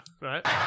right